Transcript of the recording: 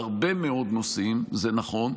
שבהרבה מאוד נושאים זה נכון,